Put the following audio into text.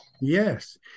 Yes